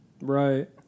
Right